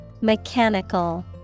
Mechanical